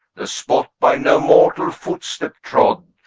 the spot by no mortal footstep trod,